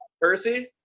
Percy